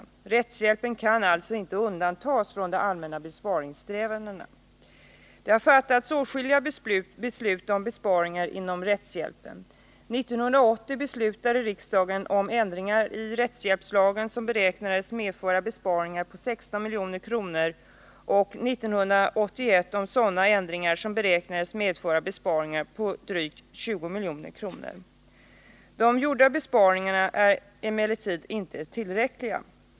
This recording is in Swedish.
Rättshjälpen kan alltså inte undantas från de allmänna besparingssträvandena. Det har fattats åtskilliga beslut om besparingar inom rättshjälpen. 1980 beslutade riksdagen om ändringar i rättshjälpslagen som beräknades medföra besparingar på 16 milj.kr. och 1981 om sådana ändringar som beräknades medföra besparingar på drygt 20 milj.kr. De gjorda besparingarna är emellertid inte tillräckliga.